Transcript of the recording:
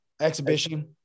exhibition